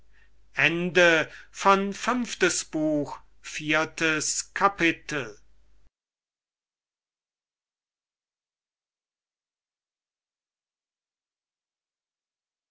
fünftes buch erstes kapitel